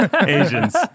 Asians